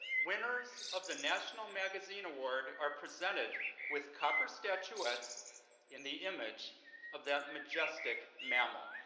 winners of the national magazine award are presented with copper statuettes in the image of that majestic mammal.